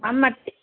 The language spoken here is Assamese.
বাম মাটি